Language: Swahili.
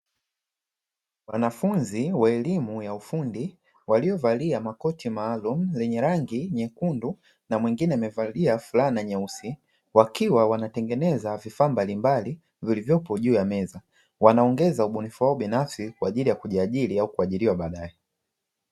Wanafunzi wa elimu ya ufundi waliovalia makoti maalumu, lenye rangi na mwingine amevalia fulana nyeusi. Wakiwa wanatengeneza vifaa mbalimbali vilivyopo juu ya meza. Wanaongeza ubunifu binafsi kwa ajili ya kujiajiri au kuajiriwa baadaye.